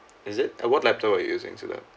is it uh what laptop are you using sulah